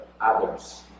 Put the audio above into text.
others